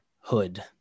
hood